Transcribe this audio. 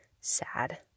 sad